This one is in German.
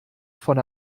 von